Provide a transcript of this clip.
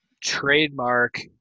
Trademark